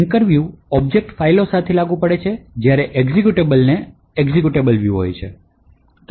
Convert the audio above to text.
linker view object ફાઇલો માટે લાગુ પડે છે જ્યારે એક્ઝેક્યુટેબલને એક્ઝેક્યુટેબલ વ્યૂ હોય છે